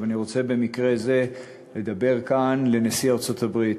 אבל אני רוצה במקרה זה לדבר מכאן לנשיא ארצות-הברית.